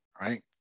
right